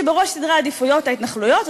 שבראש סדרי העדיפויות ההתנחלויות,